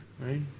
right